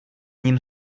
ním